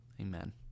Amen